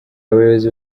abayobozi